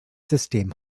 system